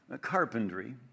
carpentry